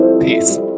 Peace